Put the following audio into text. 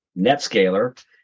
NetScaler